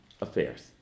affairs